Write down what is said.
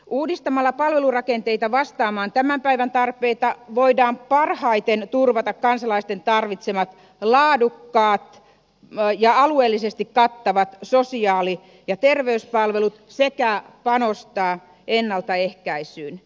uudistamalla palvelurakenteita vastaamaan tämän päivän tarpeita voidaan parhaiten turvata kansalaisten tarvitsemat laadukkaat ja alueellisesti kattavat sosiaali ja terveyspalvelut sekä panostaa ennaltaehkäisyyn